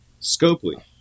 Scopely